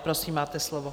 Prosím, máte slovo.